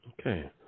Okay